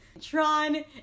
Tron